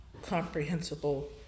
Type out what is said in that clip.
comprehensible